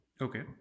Okay